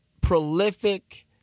prolific